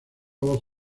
voz